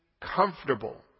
comfortable